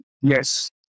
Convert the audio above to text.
Yes